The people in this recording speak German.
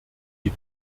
die